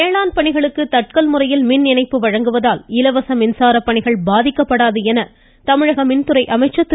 வேளாண் பணிகளுக்கு தட்கல் முறையில் மின் இணைப்பு வழங்குவதால் இலவச மின்சார பணிகள் பாதிக்கப்படாது என்று மாநில மின்துறை அமைச்சர் திரு